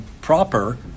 proper